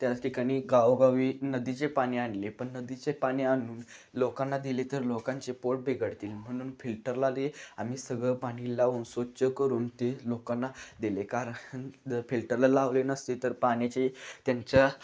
त्याच ठिकाणी गावोगावी नदीचे पाणी आणले पणी नदीचे पाणी आणून लोकांना दिले तर लोकांचे पोट बिघडतील म्हणून फिल्टरलाले आम्ही सगळं पाणी लावून स्वच्छ करून ते लोकांना दिले कारण जर फिल्टरला लावले नसते तर पाण्याचे त्यांच्या